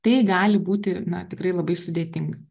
tai gali būti na tikrai labai sudėtinga